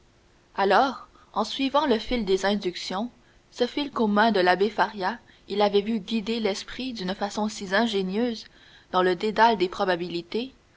alors en suivant le fil des inductions ce fil qu'aux mains de l'abbé faria il avait vu guider l'esprit d'une façon si ingénieuse dans le dédale des probabilités